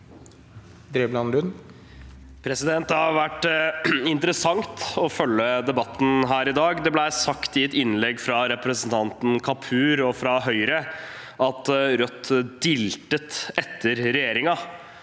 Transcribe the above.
Det har vært interessant å følge debatten her i dag. Det ble sagt i et innlegg fra representanten Kapur fra Høyre at Rødt diltet etter regjeringen,